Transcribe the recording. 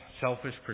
selfish